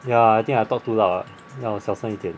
ya I think I talk too loud lah 那我小声一点